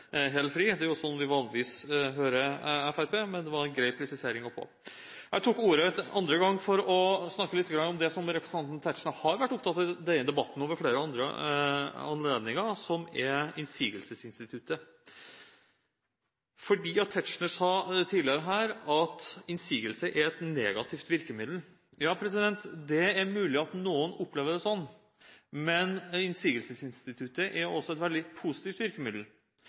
Det er jo sånt vi vanligvis hører fra Fremskrittspartiet, men det var en grei presisering å få. Jeg tok ordet for andre gang for å snakke litt om det som representanten Tetzschner har vært opptatt av i denne debatten – og ved flere andre anledninger – nemlig innsigelsesinstituttet, for Tetzschner sa tidligere at innsigelse er et negativt virkemiddel. Ja, det er mulig at noen opplever det sånn, men innsigelsesinstituttet er også et veldig positivt virkemiddel,